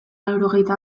laurogeita